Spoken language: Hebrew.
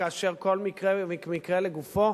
כאשר כל מקרה ומקרה לגופו,